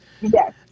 Yes